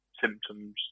symptoms